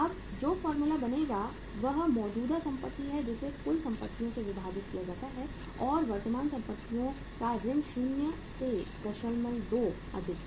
अब जो फॉर्मूला बनेगा वह मौजूदा संपत्ति है जिसे कुल परिसंपत्तियों से विभाजित किया गया है और वर्तमान परिसंपत्तियों का ऋण शून्य से 02 अधिक है